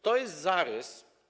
To jest zarys.